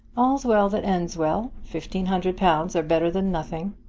all's well that ends well. fifteen hundred pounds are better than nothing.